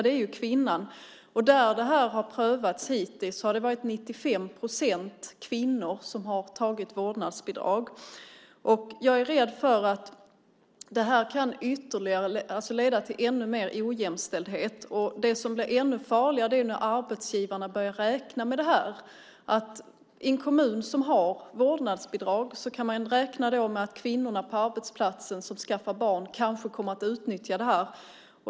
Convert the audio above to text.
Det är ju kvinnan. Där det här har prövats hittills har det varit 95 procent kvinnor som har tagit ut vårdnadsbidrag. Jag är rädd för att det här kan leda till ännu mer ojämställdhet. Det som blir ännu farligare är när arbetsgivarna i en kommun som har vårdnadsbidrag börjar räkna med att kvinnorna på arbetsplatsen som skaffar barn kanske kommer att utnyttja det här.